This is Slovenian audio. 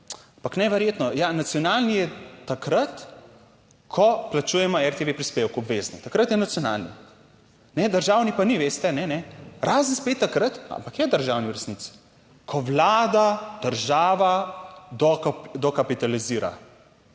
neverjetno, ja, nacionalni je takrat, ko plačujemo RTV prispevek obvezni, takrat je nacionalni, ne. Državni pa ni, veste, ne, ne, razen spet takrat, ampak je državni v resnici, ko vlada, država Dokapitalizira